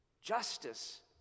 justice